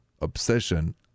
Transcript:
obsession